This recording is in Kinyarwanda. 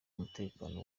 umutekano